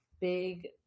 big